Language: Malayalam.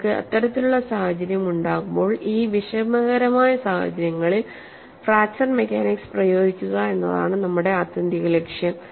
നിങ്ങൾക്ക് ഇത്തരത്തിലുള്ള സാഹചര്യം ഉണ്ടാകുമ്പോൾ ഈ വിഷമകരമായ സാഹചര്യങ്ങളിൽ ഫ്രാക്ചർ മെക്കാനിക്സ് പ്രയോഗിക്കുക എന്നതാണ് നമ്മുടെ ആത്യന്തിക ലക്ഷ്യം